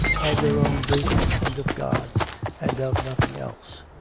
of their own business and of god's and of nothing else.